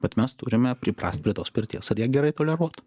bet mes turime priprast prie tos pirties ir ją gerai toleruot